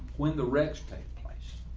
when the rich take place,